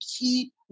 keep